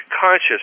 conscious